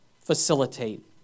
facilitate